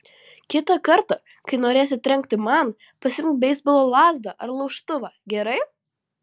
kitą kartą kai norėsi trenkti man pasiimk beisbolo lazdą ar laužtuvą gerai